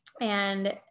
and-